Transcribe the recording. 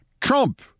Trump